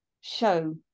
show